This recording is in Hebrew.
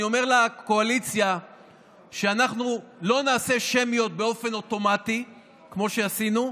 אני אומר לקואליציה שאנחנו לא נעשה שמיות באופן אוטומטי כמו שעשינו.